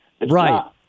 Right